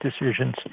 decisions